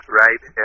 right